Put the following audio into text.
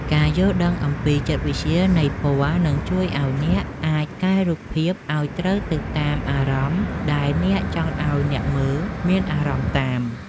ការយល់ដឹងអំពីចិត្តវិទ្យានៃពណ៌នឹងជួយឱ្យអ្នកអាចកែរូបភាពឱ្យត្រូវទៅតាមអារម្មណ៍ដែលអ្នកចង់ឱ្យអ្នកមើលមានអារម្មណ៍តាម។